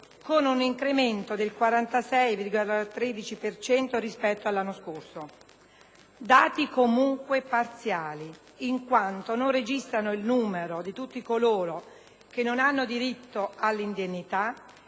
con un incremento del 46,13 per cento rispetto allo scorso anno. Dati comunque parziali, in quanto non registrano il numero di tutti coloro che non hanno diritto all'indennità